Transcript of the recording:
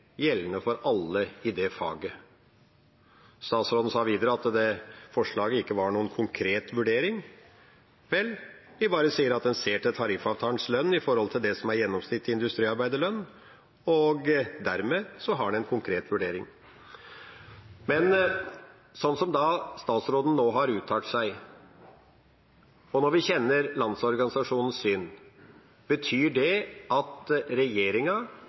faget. Statsråden sa videre at forslaget ikke var noen konkret vurdering. Vel, vi bare sier at en ser til tariffavtalens lønn når det gjelder det som er gjennomsnittlig industriarbeiderlønn, og dermed er det en konkret vurdering. Men slik som statsråden nå har uttalt seg, og når vi kjenner Landsorganisasjonens syn, betyr det at regjeringa